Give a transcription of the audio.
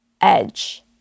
edge